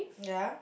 ya